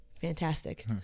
fantastic